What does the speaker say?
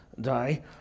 die